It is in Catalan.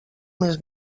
més